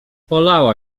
polała